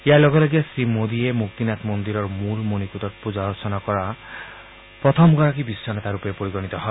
ইয়াৰ লগে লগে শ্ৰীমোদীয়ে মুক্তিনাথ মন্দিৰৰ মূল মণিকূটত পূজা অৰ্চনা আগবঢ়োৱা প্ৰথমগৰাকী বিশ্বনেতাৰূপে পৰিগণিত হয়